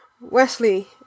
Wesley